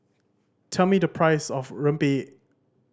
tell me the price of rempeyek